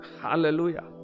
Hallelujah